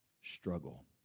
Struggle